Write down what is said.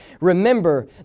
Remember